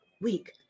weak